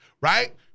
right